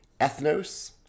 Ethnos